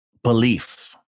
belief